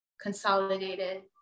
consolidated